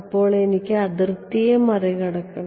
അതിനാൽ എനിക്ക് അതിർത്തിയെ മറികടക്കണം